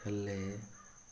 ହେଲେ